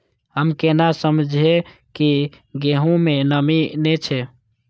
हम केना समझये की गेहूं में नमी ने छे?